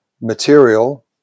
material